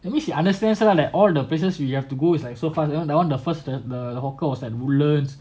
that means she understands lah like all the places we you have to go is like so far then then we have to go the first one hawker was at woodlands